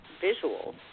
visual